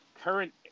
current